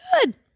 good